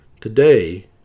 Today